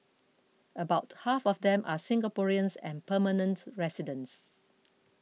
about half of them are Singaporeans and permanent residents